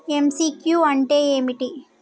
MCQ అంటే ఏమిటి?